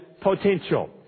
potential